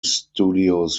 studios